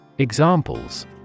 Examples